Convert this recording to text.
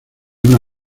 una